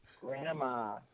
Grandma